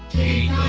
a